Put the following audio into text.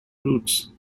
roots